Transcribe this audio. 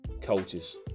coaches